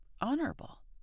honorable